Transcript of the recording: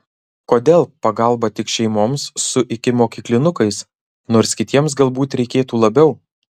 kodėl pagalba tik šeimoms su ikimokyklinukais nors kitiems galbūt reikėtų labiau